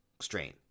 Strain